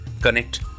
connect